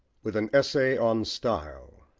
with an essay on style